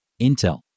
Intel